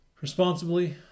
responsibly